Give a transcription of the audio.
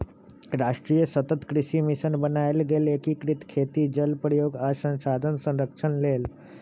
राष्ट्रीय सतत कृषि मिशन बनाएल गेल एकीकृत खेती जल प्रयोग आ संसाधन संरक्षण लेल